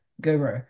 guru